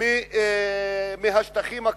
מהשטחים הכבושים,